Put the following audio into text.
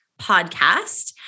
podcast